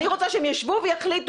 אני רוצה שהם ישבו ויחליטו.